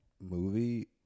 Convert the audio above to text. movie